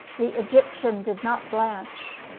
the egyptian did not blanch.